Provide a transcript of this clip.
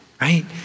right